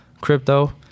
crypto